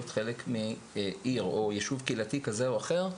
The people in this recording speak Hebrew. חלק מעיר או יישוב קהילתי כזה או אחר,